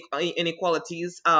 inequalities